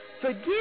forgive